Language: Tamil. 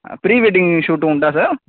ஆ ப்ரீ வெட்டிங் ஷூட்டும் உண்டா சார்